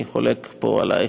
אני חולק פה עלייך,